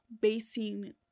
basing